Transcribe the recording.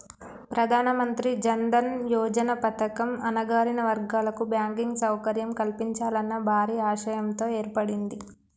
ప్రధానమంత్రి జన్ దన్ యోజన పథకం అణగారిన వర్గాల కు బ్యాంకింగ్ సౌకర్యం కల్పించాలన్న భారీ ఆశయంతో ఏర్పడింది